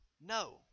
no